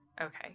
Okay